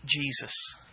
Jesus